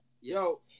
Yo